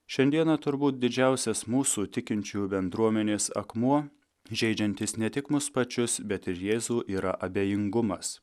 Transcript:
šiandieną turbūt didžiausias mūsų tikinčiųjų bendruomenės akmuo žeidžiantis ne tik mus pačius bet ir jėzų yra abejingumas